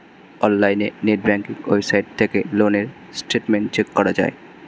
অনলাইনে net banking website থেকে loan এর স্টেটমেন্ট চেক করা যায়